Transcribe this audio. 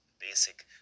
basic